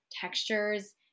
textures